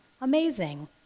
amazing